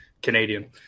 canadian